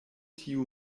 tiu